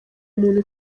umuntu